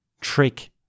trick